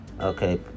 okay